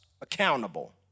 accountable